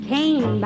Came